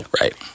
Right